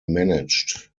managed